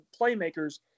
playmakers